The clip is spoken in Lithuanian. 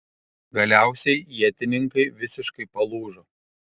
galiausiai ietininkai visiškai palūžo